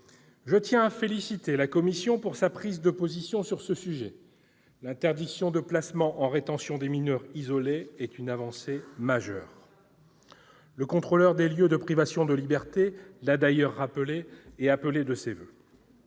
Je tiens à féliciter la commission pour sa prise de position sur ce sujet. L'interdiction de placement en rétention des mineurs isolés est une avancée majeure, le Contrôleur général des lieux de privation de liberté l'avait d'ailleurs appelée de ses voeux.